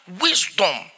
wisdom